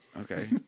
Okay